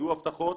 היו הבטחות,